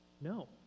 No